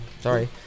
Sorry